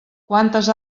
quantes